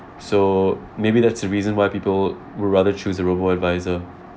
so maybe that's the reason why people would would rather choose a robo advisor